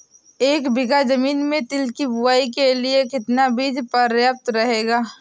एक बीघा ज़मीन में तिल की बुआई के लिए कितना बीज प्रयाप्त रहेगा?